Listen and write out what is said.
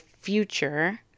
future